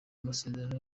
masezerano